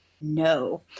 No